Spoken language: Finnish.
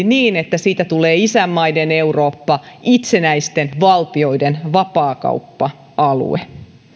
niin että siitä tulee isänmaiden eurooppa itsenäisten valtioiden vapaakauppa alue